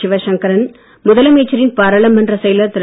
சிவசங்கரன் முதலமைச்சரின் பாராளுமன்றச் செயலர் திரு